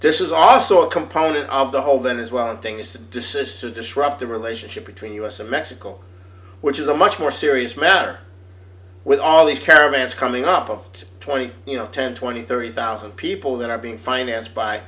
this is also a component of the whole that as well and things to desist to disrupt the relationship between us and mexico which is a much more serious matter with all these caravans coming up of twenty you know ten twenty thirty thousand people that are being financed by